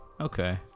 Okay